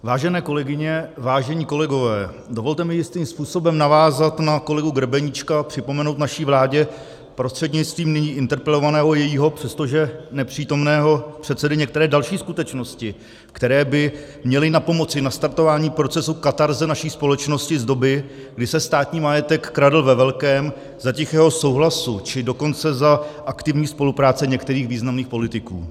Vážené kolegyně, vážení kolegové, dovolte mi jistým způsobem navázat na kolegu Grebeníčka a připomenout naší vládě prostřednictvím nyní interpelovaného jejího, přestože nepřítomného, předsedy některé další skutečnosti, které by měly napomoci nastartování procesu katarze naší společnosti z doby, kdy se státní majetek kradl ve velkém za tichého souhlasu, či dokonce za aktivní spolupráce některých významných politiků.